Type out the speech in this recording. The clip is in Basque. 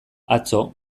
atzo